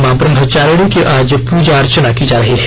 मां ब्रह्मचारिणी की आज पूजा अर्चना की जा रही है